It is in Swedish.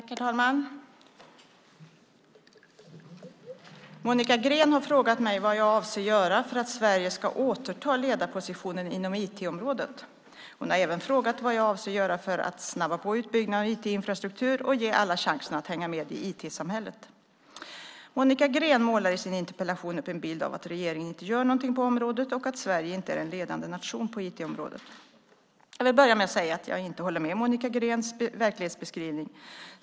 Herr talman! Monica Green har frågat mig vad jag avser att göra för att Sverige ska återta ledarpositionen inom IT-området. Hon har även frågat vad jag avser att göra för att snabba på utbyggnaden av IT-infrastruktur och ge alla chansen att hänga med i IT-samhället. Monica Green målar i sin interpellation upp en bild av att regeringen inte gör något på området och att Sverige inte är en ledande nation på IT-området. Jag vill börja med att säga att jag inte håller med om Monica Greens verklighetsbeskrivning.